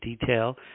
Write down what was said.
detail